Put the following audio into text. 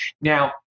now